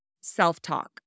self-talk